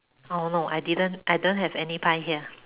oh no I didn't I don't have any pie here